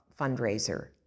fundraiser